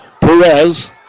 Perez